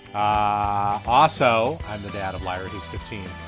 ah also, i'm the dad of liars who's fifteen.